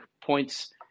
points